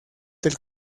del